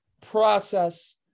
process